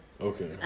Okay